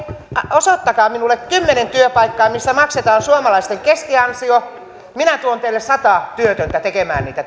osoittakaa minulle kymmenen työpaikkaa missä maksetaan suomalaisten keskiansio minä tuon teille sata työtöntä tekemään niitä